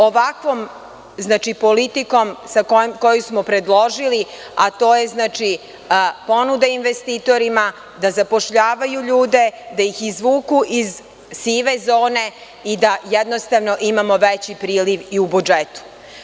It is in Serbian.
Ovakvom politikom koju smo predložili, a to je ponuda investitorima da zapošljavaju ljude, da ih izvuku iz sive zone i da jednostavno imamo veći priliv i u budžetu.